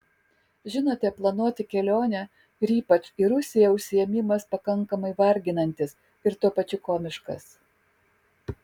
žinote planuoti kelionę ir ypač į rusiją užsiėmimas pakankamai varginantis ir tuo pačiu komiškas